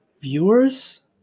viewers